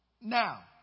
Now